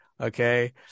Okay